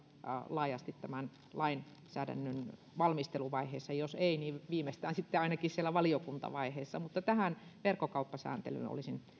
laajasti tämän lainsäädännön valmisteluvaiheessa ja jos ei niin viimeistään sitten ainakin siellä valiokuntavaiheessa mutta tähän verkkokauppasääntelyyn olisin